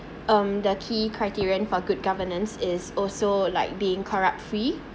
um the key criterion for good governance is also like being corrupt free